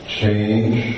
change